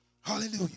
Hallelujah